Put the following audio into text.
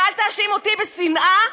ואל תאשים אותי בשנאה,